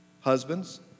Husbands